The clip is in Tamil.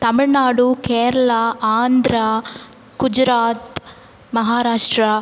தமிழ்நாடு கேரளா ஆந்திரா குஜராத் மகாராஷ்ரா